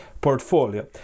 portfolio